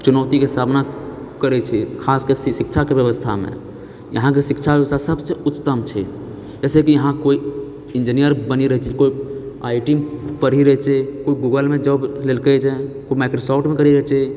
चुनौतीके सामना करैत छै खासके शि शिक्षाके व्यवस्थामे इहाँके शिक्षा व्यवस्था सभसे उच्चतम छै जाहिसँ कि इहाँ कोइ इन्जीनियर बनि रहल छै कोइ आइ आइ टी पढ़ि रहल छै कोइ गूगलमे जॉब लेलकै छै कोइ माइक्रोसॉफ्टमे करि रहल छै